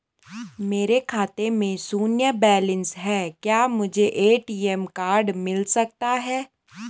मेरे खाते में शून्य बैलेंस है क्या मुझे ए.टी.एम कार्ड मिल सकता है?